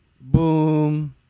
Boom